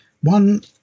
One